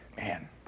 Man